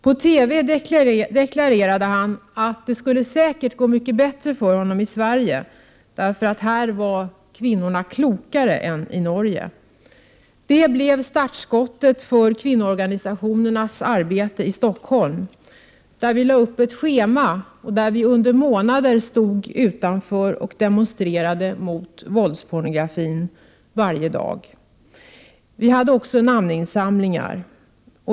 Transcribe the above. På TV deklarerade han att det säkert skulle gå mycket bättre för honom i Sverige än i Norge, för här var kvinnorna klokare. Det blev startskottet för kvinnoorganisationernas arbete i Stockholm. Vi lade upp ett schema för att under månader stå utanför butiken varje dag och demonstrera mot våldspornografi. Vi gjorde också namninsamlingar.